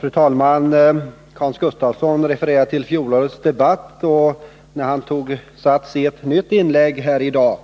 Fru talman! Hans Gustafsson refererade till fjolårets debatt när han tog sats i ett nytt inlägg här i dag.